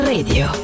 Radio